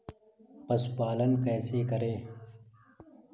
पशुपालन कैसे करें?